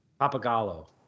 Papagallo